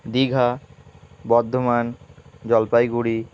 Digha Bardhaman Jalpaiguri